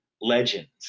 legends